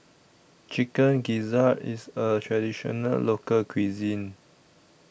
Chicken Gizzard IS A Traditional Local Cuisine